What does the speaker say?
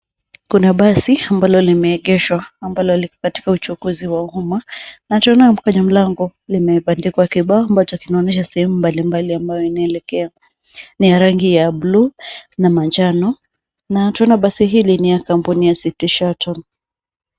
Kuna basi ambalo limeegeshwa ambalo liko katika uchukuzi wa huduma na tunaona kwenye mlango limebandikwa kibao ambacho kinaonyesha sehemu mbalimbali ambalo linaelekea. Ni ya rangi ya buluu na manjano na tunaona basi hili ni ya kampuni ya City Shuttle.